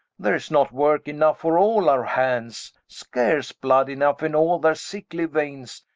there is not worke enough for all our hands, scarce blood enough in all their sickly veines,